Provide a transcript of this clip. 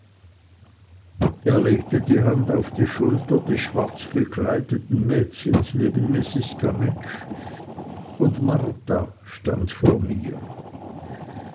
er legte die hand auf die schulter des schwarzgekleideten mädchens neben mrs gummidge und marta stand vor mir